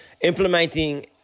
implementing